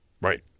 Right